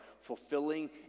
fulfilling